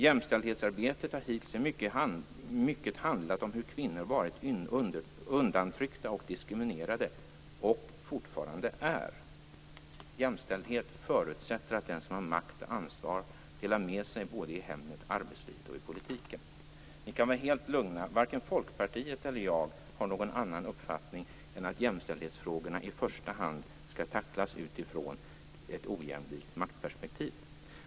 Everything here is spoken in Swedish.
Jämställdhetsarbetet har hittills mycket handlat om hur kvinnor varit undantryckta och diskriminerade och fortfarande är. Jämställdhet förutsätter att den som har makt och ansvar delar med sig både i hemmet, i arbetslivet och i politiken. Ni kan vara helt lugna: varken Folkpartiet eller jag har någon annan uppfattning än att jämställdhetsfrågorna i första hand skall tacklas utifrån ett ojämlikt maktperspektiv.